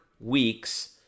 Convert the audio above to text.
weeks